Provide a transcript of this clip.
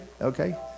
okay